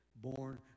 born